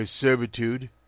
servitude